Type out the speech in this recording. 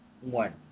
one